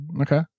Okay